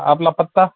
आपला पत्ता